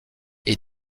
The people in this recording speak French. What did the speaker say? est